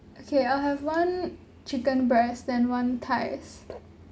okay I'll have one chicken breast then one thigh